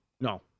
No